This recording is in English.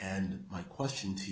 and my question to